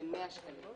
זה 100 שקלים.